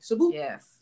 Yes